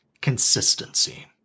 Consistency